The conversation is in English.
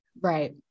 right